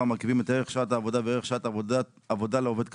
המרכיבים את ערך שעת עבודה וערך שעת עבודה לעובד קבלן),